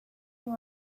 you